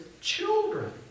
children